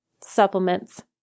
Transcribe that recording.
supplements